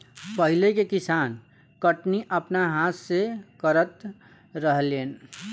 पहिले के किसान कटनी अपना हाथ से करत रहलेन